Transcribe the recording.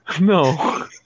no